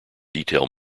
detail